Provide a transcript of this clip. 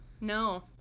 no